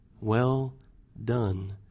well-done